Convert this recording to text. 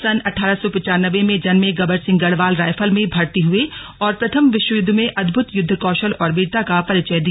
सन अठारह सौ पिचनावे में जन्मे गबर सिंह गढ़वाल रायफल में भर्ती हुए और प्रथम विश्वयुद्ध में अदभुत युद्ध कौशल और वीरता का परिचय दिया